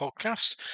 podcast